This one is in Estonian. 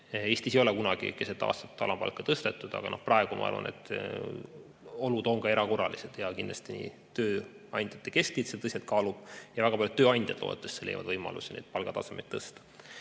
Eestis ei ole kunagi keset aastat alampalka tõstetud, aga praegu ma arvan, et olud on ka erakorralised, seega kindlasti tööandjate keskliit seda tõsiselt kaalub ja väga paljud tööandjad loodetavasti leiavad võimalusi palgatasemeid tõsta. Eestis